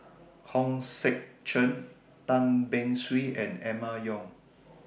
Hong Sek Chern Tan Beng Swee and Emma Yong